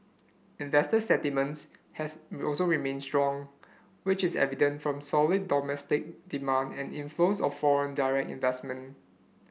investor has also remained strong which is evident from solid domestic demand and inflows of foreign direct investment